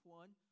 one